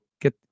Get